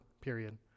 period